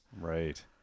Right